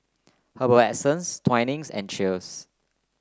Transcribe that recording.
Herbal Essences Twinings and Cheers